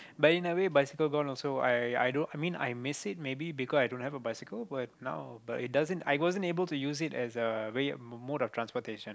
but in a way bicycle gone also I i do I mean I miss it maybe because i don't have a bicycle but now but it doesn't I wasn't able to use it as a way of more transportation